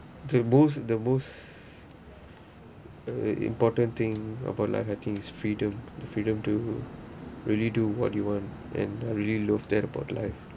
the most the most uh important thing about life I think is freedom the freedom to really do what you want and I really love that about life